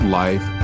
life